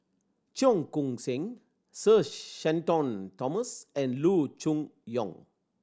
Cheong Koon Seng Sir Shenton Thomas and Loo Choon Yong